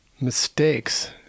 mistakes